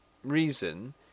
reason